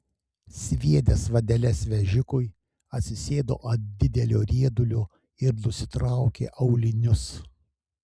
sviedęs vadeles vežikui atsisėdo ant didelio riedulio ir nusitraukė aulinius